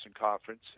Conference